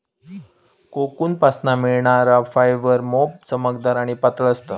कोकूनपासना मिळणार फायबर मोप चमकदार आणि पातळ असता